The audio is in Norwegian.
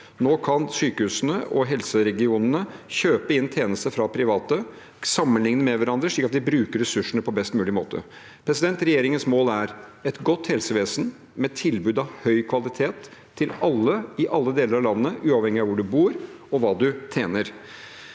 Nå kan sykehusene og helseregionene kjøpe inn tjenester fra private, sammenligne dem med hverandre, slik at de bruker ressursene på best mulig måte. Regjeringens mål er et godt helsevesen med tilbud av høy kvalitet til alle i alle deler av landet, uavhengig av hvor du bor, og hva du tjener.